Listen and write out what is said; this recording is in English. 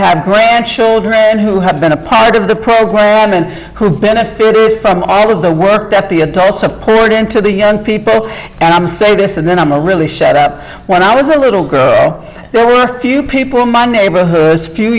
have grandchildren who have been a part of the program and who have benefited from all of the work that the adults support and to the young people and i'm say this and then i'm a really set up when i was a little girl there were a few people in my neighborhood's few